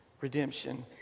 redemption